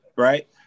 right